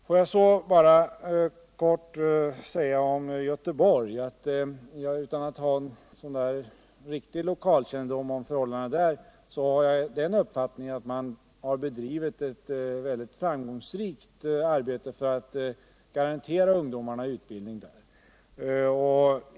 Får jag bara kort säga om Göteborg att jag, utan att ha någon riktig lokalkännedom om förhållandena där, har den uppfattningen att man har bedrivit ett mycket framgångsrikt arbete för att garantera ungdomarna utbildning.